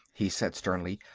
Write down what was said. he said sternly.